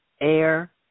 Air